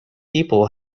people